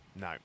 No